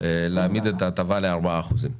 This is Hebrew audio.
להעמיד את ההטבה על ארבעה אחוזים.